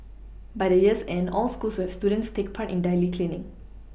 by the year's end all schools will have students take part in daily cleaning